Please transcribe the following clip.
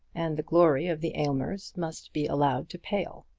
and the glory of the aylmers must be allowed to pale.